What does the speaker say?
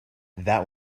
that